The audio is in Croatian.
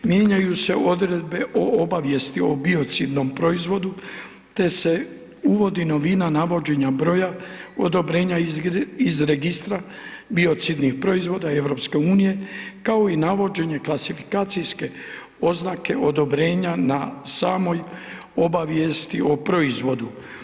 Mijenjaju se odredbe o obavijesti o biocidnom proizvodu te se uvodi novina navođenja broja odobrenja iz registra biocidnih proizvoda EU kao i navođenje klasifikacijske oznake odobrenja na samoj obavijesti o proizvodu.